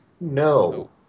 No